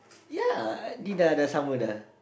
ya I ini dah dah sama dah